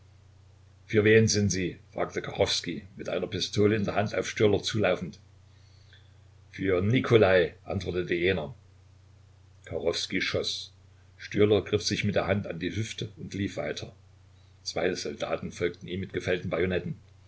für wen sind sie fragte kachowskij mit einer pistole in der hand auf stürler zulaufend für nikolai antwortete jener kachowskij schoß stürler griff sich mit der hand an die hüfte und lief weiter zwei soldaten folgten ihm mit gefällten